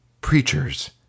preachers